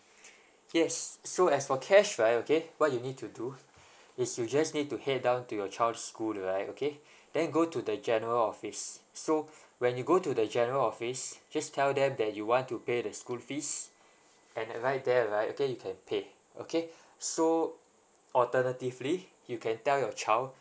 yes so as for cash right okay what you need to do is you just need to head down to your child's school right okay then go to the general office so when you go to the general office just tell them that you want to pay the school fees and right there right okay you can pay okay so alternatively you can tell your child